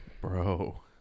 Bro